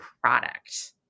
product